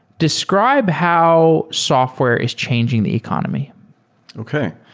describe how software is changing the economy okay.